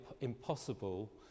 impossible